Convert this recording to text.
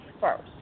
First